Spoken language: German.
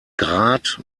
grat